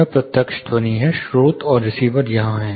यह प्रत्यक्ष ध्वनि है स्रोत और रिसीवर यहाँ हैं